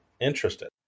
interested